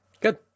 Good